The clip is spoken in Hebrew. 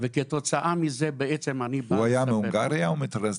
וכתוצאה מזה אני --- הוא היה מהונגריה או מטרנסניסטריה?